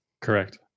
correct